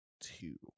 two